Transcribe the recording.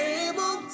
able